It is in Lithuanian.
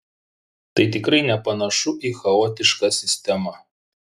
tai tikrai nepanašu į chaotišką sistemą